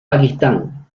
pakistán